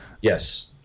Yes